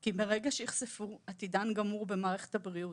כי ברגע שייחשפו עתידן גם הוא במערכת הבריאות,